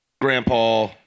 Grandpa